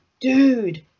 dude